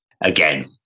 again